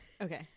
okay